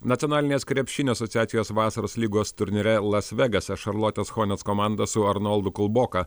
nacionalinės krepšinio asociacijos vasaros lygos turnyre las vegase šarlotės chonės komanda su arnoldu kulboka